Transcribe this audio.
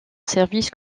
service